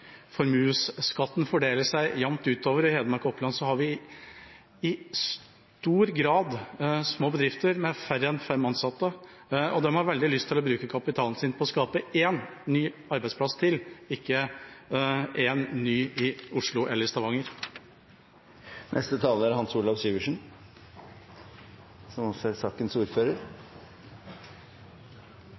Formuesskatten fordeler seg jamt utover. I Hedmark og Oppland er det i stor grad små bedrifter med færre enn fem ansatte. De har veldig lyst til å bruke kapitalen sin på å skape én ny arbeidsplass til der – ikke én ny i Oslo eller i Stavanger. Når det gjelder Statkraft, er det ganske mange som